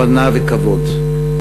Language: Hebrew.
הבנה וכבוד.